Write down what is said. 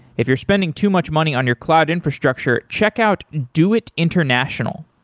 if you're spending too much money on your cloud infrastructure, check out do it international.